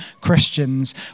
Christians